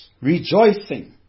rejoicing